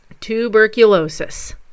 tuberculosis